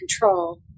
control